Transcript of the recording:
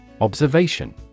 Observation